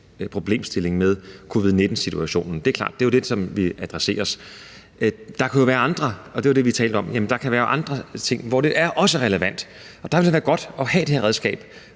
problemstilling med covid-19-situationen. Det er klart, at det er den, vi adresserer. Der kunne være andre, og det er jo det, vi taler om, ting på den anden side af covid-19, hvor det også er en relevant, og der vil det da være godt at have det her redskab,